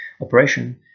operation